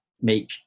make